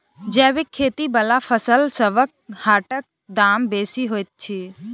जैबिक खेती बला फसलसबक हाटक दाम बेसी होइत छी